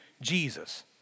Jesus